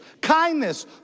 kindness